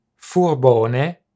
furbone